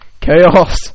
Chaos